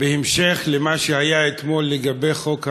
בהמשך למה שהיה אתמול לגבי חוק המואזין.